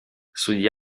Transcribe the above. sugli